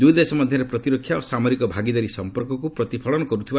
ଦୁଇ ଦେଶ ମଧ୍ୟରେ ପ୍ରତିରକ୍ଷା ଓ ସାମରିକ ଭାଗିଦାରୀ ସମ୍ପର୍କକୁ ପ୍ରତିଫଳନ କରୁଛି